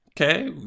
Okay